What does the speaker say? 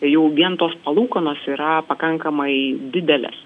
jau vien tos palūkanos yra pakankamai didelės